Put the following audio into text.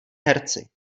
herci